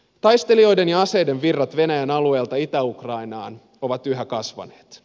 taistelijoiden ja aseiden virrat venäjän alueelta itä ukrainaan ovat yhä kasvaneet